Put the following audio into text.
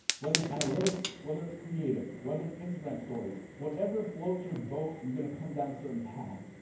whether it's analytics, whether it's creative, whether it's instagram stories, whatever floats your boat. you're gonna come down a certain path,